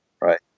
right